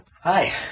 Hi